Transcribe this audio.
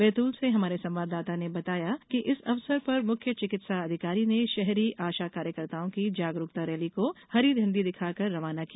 बैतूल से हमारे संवाददाता ने बताया कि इस अवसर पर मुख्य चिकित्सा अधिकारी ने शहरी आशा कार्यकर्ताओं की जागरुकता रैली को हरी झण्डी दिखाकर रवाना किया